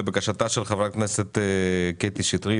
לבקשתה של חברת הכנסת קטי שטרית,